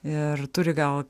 ir turi gal